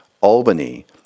Albany